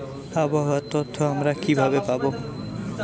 আবহাওয়ার তথ্য আমরা কিভাবে পাব?